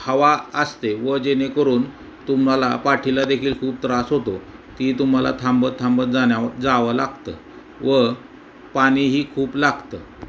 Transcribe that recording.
हवा असते व जेणेकरून तुम्हाला पाठीला देखील खूप त्रास होतो ती तुम्हाला थांबत थांबत जाण्यावर जावं लागतं व पाणीही खूप लागतं